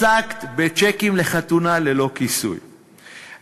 עסקת בצ'קים ללא כיסוי לחתונה,